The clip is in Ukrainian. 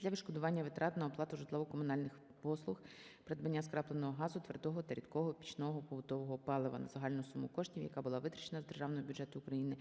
для відшкодування витрат на оплату житлово-комунальних послуг, придбання скрапленого газу, твердого та рідкого пічного побутового палива та загальну суму коштів, яка була витрачена з Державного бюджету України